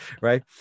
right